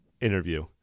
interview